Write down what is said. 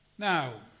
Now